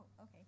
okay